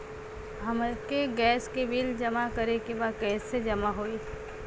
हमके गैस के बिल जमा करे के बा कैसे जमा होई?